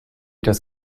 das